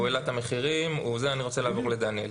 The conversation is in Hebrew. הוא העלה את המחירים, אני רוצה לעבור לדניאל.